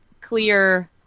clear